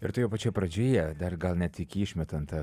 ir toje pačioje pradžioje dar gal net iki išmetant tą